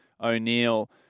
O'Neill